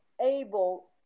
able